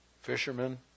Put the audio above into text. Fishermen